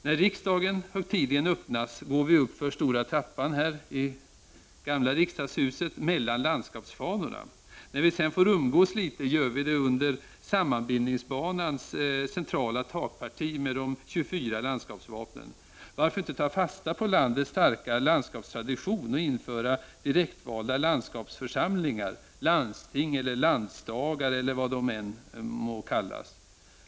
När riksdagen högtidligen öppnas går vi uppför stora trappan här i gamla riksdagshuset mellan landskapsfanorna. När vi sedan får umgås litet gör vi det under sammanbindningsbanans centrala takparti med de 24 landskapsvapnen. Varför inte ta fasta på landets starka landskapstradition och införa direktvalda landskapsförsamlingar, landsting eller landsdagar eller vad de än må kallas?